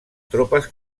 tropes